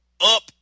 up